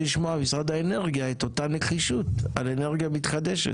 לשמוע ממשרד האנרגיה את אותה נחישות על אנרגיה מתחדשת,